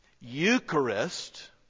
Eucharist